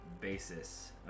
basis